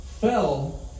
fell